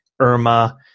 Irma